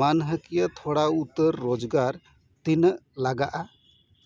ᱢᱟᱹᱱᱦᱟᱹᱠᱤᱭᱟᱹ ᱛᱷᱚᱲᱟ ᱩᱛᱟᱹᱨ ᱨᱳᱡᱽᱜᱟᱨ ᱛᱤᱱᱟᱹᱜ ᱞᱟᱜᱟᱜᱼᱟ